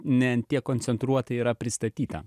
ne an tiek koncentruotai yra pristatyta